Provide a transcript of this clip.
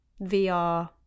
vr